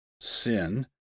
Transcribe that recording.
sin